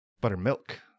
Buttermilk